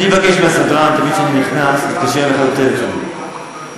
אני אבקש מהסדרן, כשאני נכנס, להתקשר אליך, אוקיי?